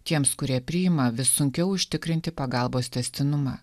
tiems kurie priima vis sunkiau užtikrinti pagalbos tęstinumą